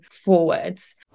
forwards